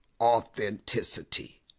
authenticity